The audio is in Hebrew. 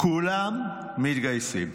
כולם מתגייסים.